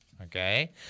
Okay